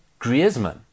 Griezmann